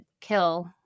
kill